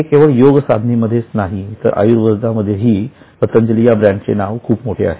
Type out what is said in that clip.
हे केवळ योगासना मध्येच नाही तर आयुर्वेदामध्ये ही पतंजली या ब्रँडचे नाव खूप मोठे आहे